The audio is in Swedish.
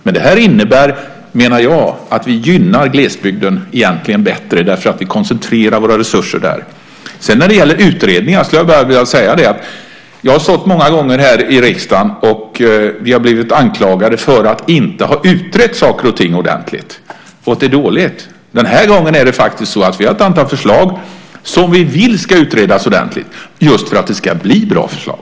Men jag menar att detta innebär att vi egentligen gynnar glesbygden bättre därför att vi koncentrerar våra resurser där. När det sedan gäller utredningar skulle jag bara vilja säga att jag har stått många gånger här i riksdagen då man har anklagat oss för att inte ha utrett saker och ting ordentligt och att det är dåligt. Den här gången har vi faktiskt ett antal förslag som vi vill ska utredas ordenligt just för att det ska bli bra förslag.